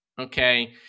Okay